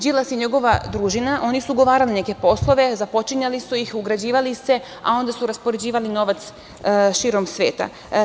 Đilas i njegova družina, oni su ugovarali neke poslove, započinjali su ih, ugrađivali se, a onda su raspoređivali novac širom sveta.